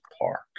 Park